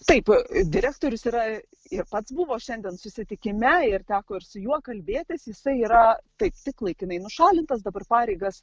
taip direktorius yra ir pats buvo šiandien susitikime ir teko ir su juo kalbėtis jisai yra taip tik laikinai nušalintas dabar pareigas